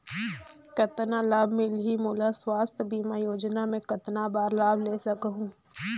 कतना लाभ मिलही मोला? स्वास्थ बीमा योजना मे कतना बार लाभ ले सकहूँ?